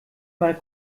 mal